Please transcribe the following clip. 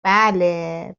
بله